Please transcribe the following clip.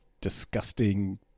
disgusting